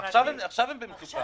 עכשיו הם במצוקה.